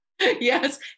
Yes